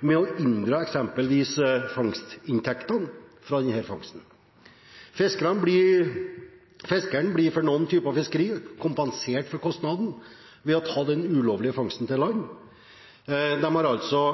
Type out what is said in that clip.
med eksempelvis å inndra fangstinntektene fra denne fangsten. Fiskerne blir for noen typer fiskerier kompensert for kostnaden ved å ta den ulovlige fangsten til land. De har altså